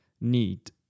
need